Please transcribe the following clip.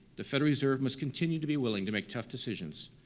the federal reserve must continue to be willing to make tough decisions,